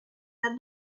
had